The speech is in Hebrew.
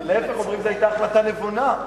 להיפך, אומרים שזאת היתה החלטה נכונה,